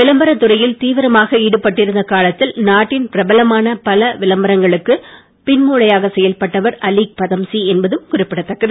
விளம்பரத் துறையில் தீவிரமாக ஈடுபட்டிருந்த காலத்தில் நாட்டின் பிரபலமான பல விளம்பரங்களுக்கு பின் மூளையாக செயல்பட்டவர் அலீக் பதம்சி என்பதும் குறிப்பிடதக்கது